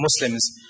Muslims